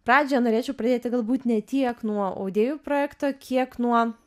pradžioje norėčiau pradėti galbūt ne tiek nuo audėjų projekto kiek nuo